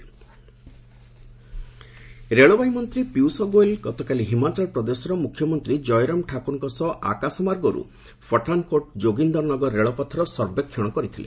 HP Piyush ରଳବାଇ ମନ୍ତ୍ରୀ ପୀୟୁଷ ଗୋୟଲ୍ ଗତକାଲି ହିମାଚଳ ପ୍ରଦେଶର ମୁଖ୍ୟମନ୍ତ୍ରୀ କୟରାମ ଠାକୁରଙ୍କ ସହ ଆକାଶମାର୍ଗରୁ ପଠାନ୍କୋଟ୍ ଯୋଗୀନ୍ଦର ନଗର ରେଳପଥର ସର୍ବେକ୍ଷଣ କରିଥିଲେ